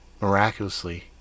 miraculously